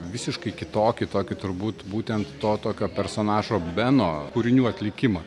visiškai kitokį tokį turbūt būtent to tokio personažo beno kūrinių atlikimą